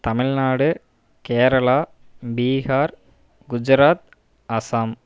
Tamil Nadu Kerala Bihar Gujarat Assam